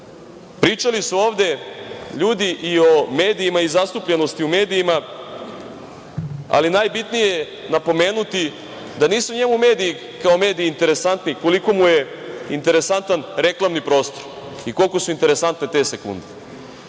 su ovde ljudi i o medijima i zastupljenosti u medijima, ali najbitnije je napomenuti da nisu njemu mediji kao mediji interesantni koliko mu je interesantan reklamni prostor i koliko su interesantne te